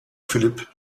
philipp